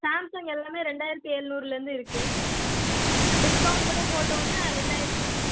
Samsung எல்லாமே ரெண்டாயிரத்தி ஏழுநூறுலேருந்து இருக்குது டிஸ்கௌண்ட்டோடு போட்டோன்னால் ரெண்டாயிரத்தி